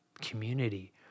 community